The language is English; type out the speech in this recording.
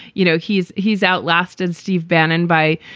you know, he's he's outlasted steve bannon by,